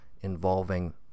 involving